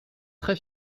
très